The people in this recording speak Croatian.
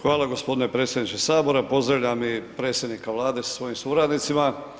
Hvala g. predsjedniče Sabora, pozdravljam i predsjednika Vlade sa svojim suradnicima.